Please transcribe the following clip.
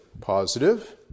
positive